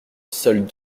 seuls